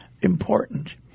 important